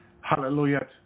hallelujah